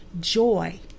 Joy